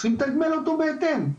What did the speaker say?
צריכים לתגמל אותו בהתאם.